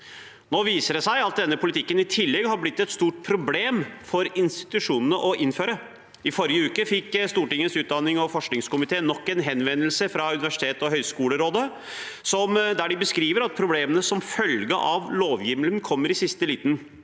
Nå viser det seg at denne politikken i tillegg har blitt et stort problem for institusjonene å innføre. I forrige uke fikk Stortingets utdannings- og forskningskomité nok en henvendelse fra Universitets- og høgskolerådet, der de beskriver problemene som følge av at lovhjemmelen kommer i siste liten.